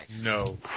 No